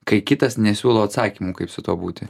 kai kitas nesiūlo atsakymų kaip su tuo būti